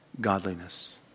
Godliness